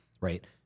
right